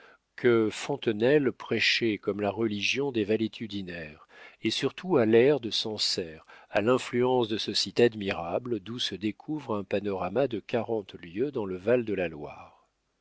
que fontenelle prêchait comme la religion des valétudinaires et surtout à l'air de sancerre à l'influence de ce site admirable d'où se découvre un panorama de quarante lieues dans le val de la loire